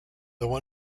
though